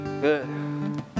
Good